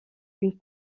une